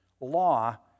Law